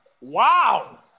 Wow